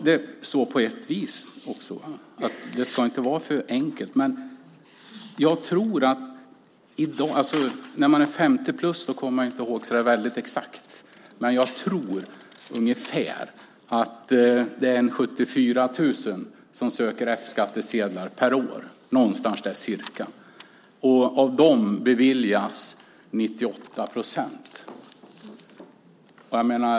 Det är också så att det inte ska vara för enkelt. När man är 50 plus kommer man inte ihåg exakt, men jag tror att det är så där någonstans kring 74 000 personer som söker F-skattsedel per år. Av dem beviljas 98 procent F-skattsedel.